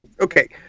okay